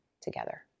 together